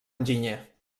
enginyer